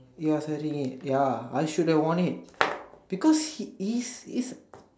ya selling it ya I should have wore it because it is it is